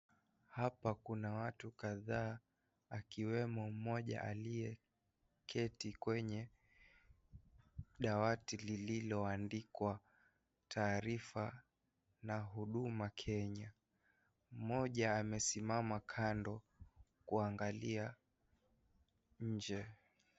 Hapa kuna watu kadhaa, akiwemo mmoja aliye keti kwenye dawati lililoandikwa, taarifa na huduma Kenya. Mmoja amesimama kando kuangalia nje.